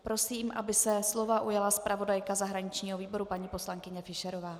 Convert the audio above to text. Prosím, aby se slova ujala zpravodajka zahraničního výboru paní poslankyně Fischerová.